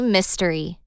Mystery